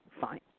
Fine